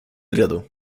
redo